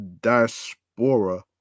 diaspora